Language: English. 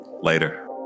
Later